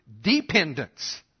dependence